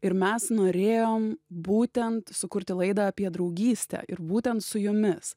ir mes norėjom būtent sukurti laidą apie draugystę ir būtent su jumis